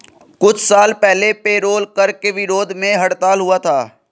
कुछ साल पहले पेरोल कर के विरोध में हड़ताल हुआ था